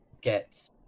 get